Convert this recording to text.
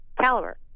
caliber